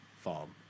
farm